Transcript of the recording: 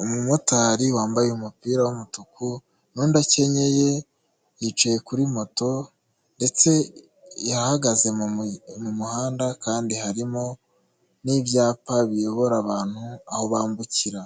Umumotari wambaye umupira w'umutuku, n'undi acyenyeye, yicaye kuri moto ndetse yahagaze mu muhanda, kandi harimo n'ibyapa biyobora abantu aho bambukira,